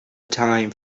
dying